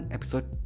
Episode